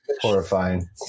Horrifying